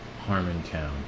Harmontown